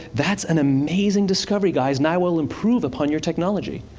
that's an amazing discovery, guys, and i will improve upon your technology,